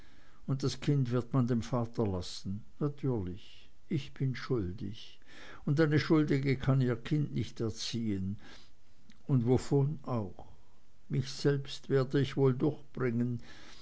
und das kind wird man dem vater lassen natürlich ich bin schuldig und eine schuldige kann ihr kind nicht erziehen und wovon auch mich selbst werde ich wohl durchbringen